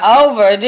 over